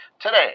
today